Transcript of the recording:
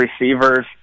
receivers